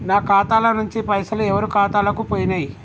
నా ఖాతా ల నుంచి పైసలు ఎవరు ఖాతాలకు పోయినయ్?